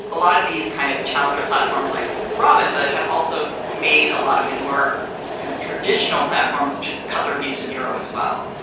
a lot of these kind of challenger platforms like robinhood have also made a lot of the more kind of traditional platforms just cut their fees to zero as well.